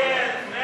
(28)